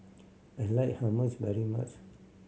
I like Hummus very much